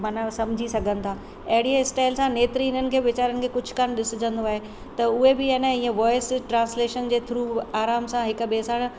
मना समुझी सघनि था अहिड़ीअ स्टाईल सां नेत्रहीननि खे वीचारनि खे कुझु कोन ॾिसिजंदो आहे त उहे बि आहिनि ईअं वॉईस ट्रांस्लेशन जे थ्रू आराम सां हिक ॿिए सां